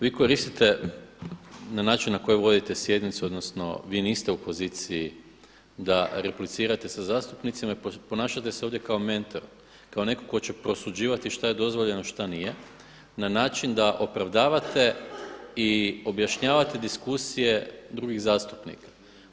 Vi koristite na način na koji vodite sjednicu odnosno vi niste u poziciji da replicirate sa zastupnicima i ponašate se ovdje kao mentor, kao netko tko će prosuđivati šta je dozvoljeno a što nije na načni da opravdavate i objašnjavate diskusije drugih zastupnika.